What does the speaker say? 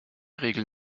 regeln